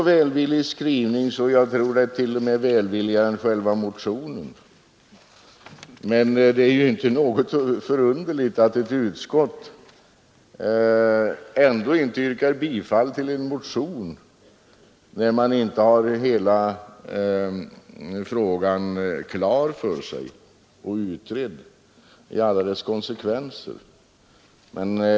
Utskottets skrivning är nära nog ännu mer välvillig än själva motionen, men det är ju inte så underligt att utskottet inte yrkar bifall till en motion när hela frågan inte är klar och utredd i alla dess konsekvenser.